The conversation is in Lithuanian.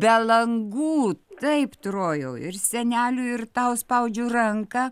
be langų taip trojau ir seneliui ir tau spaudžiu ranką